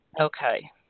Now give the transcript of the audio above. Okay